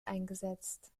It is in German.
eingesetzt